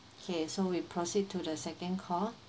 okay so we proceed to the second call